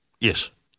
Yes